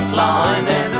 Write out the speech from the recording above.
line